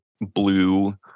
blue